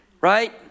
Right